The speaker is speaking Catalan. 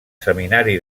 seminari